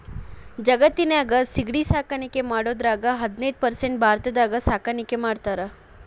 ಜಗತ್ತಿನ್ಯಾಗ ಸಿಗಡಿ ಸಾಕಾಣಿಕೆ ಮಾಡೋದ್ರಾಗ ಹದಿನೈದ್ ಪರ್ಸೆಂಟ್ ಭಾರತದಾಗ ಸಾಕಾಣಿಕೆ ಮಾಡ್ತಾರ